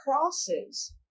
crosses